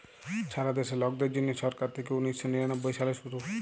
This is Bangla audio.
ছারা দ্যাশে লকদের জ্যনহে ছরকার থ্যাইকে উনিশ শ নিরানব্বই সালে শুরু